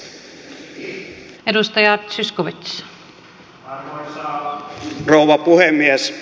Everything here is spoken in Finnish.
arvoisa rouva puhemies